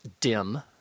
dim